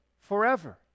forever